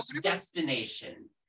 destination